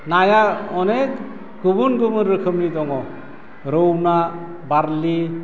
नाया अनेक गुबुन गुबुन रोखोमनि दङ रौ ना बारलि